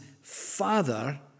father